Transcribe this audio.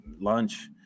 lunch